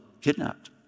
kidnapped